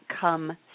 come